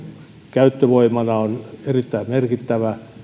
käyttövoimana on erittäin merkittävä